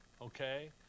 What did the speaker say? okay